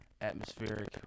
atmospheric